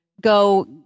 go